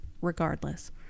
regardless